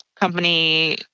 company